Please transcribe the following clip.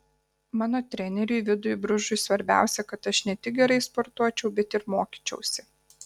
mano treneriui vidui bružui svarbiausia kad aš ne tik gerai sportuočiau bet ir mokyčiausi